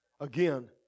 Again